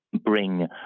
bring